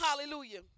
Hallelujah